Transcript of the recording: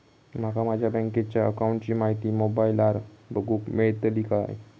माका माझ्या बँकेच्या अकाऊंटची माहिती मोबाईलार बगुक मेळतली काय?